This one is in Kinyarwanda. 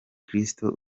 kristo